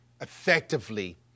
effectively